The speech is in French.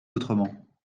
autrement